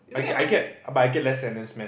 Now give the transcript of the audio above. I get I get but I get less than n_s Men